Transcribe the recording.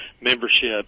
membership